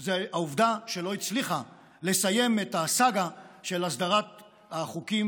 היא העובדה שלא הצליחו לסיים את הסאגה של הסדרת החוקים